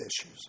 issues